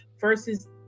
versus